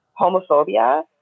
homophobia